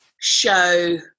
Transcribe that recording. show